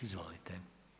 Izvolite.